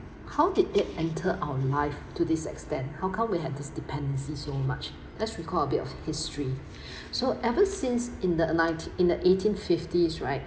how did it enter our life to this extent how come we had this dependency so much let's recall a bit of history so ever since in the nine in the eighteen fifties right